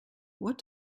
what